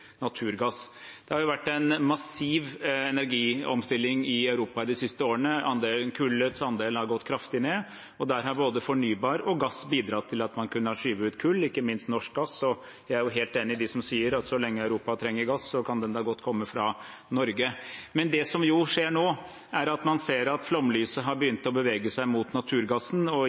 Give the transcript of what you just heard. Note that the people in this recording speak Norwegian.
Det har vært en massiv energiomstilling i Europa i de siste årene. Kullets andel har gått kraftig ned, og der har både fornybar og gass, ikke minst norsk gass, bidratt til at man har kunnet skyve ut kull, og jeg er helt enig med dem som sier at så lenge Europa trenger gass, kan den godt komme fra Norge. Men det som skjer nå, er at man ser at flomlyset har begynt å bevege seg mot naturgassen.